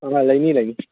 ꯑꯥ ꯑꯥ ꯂꯩꯅꯤ ꯂꯩꯅꯤ